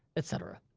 et cetera.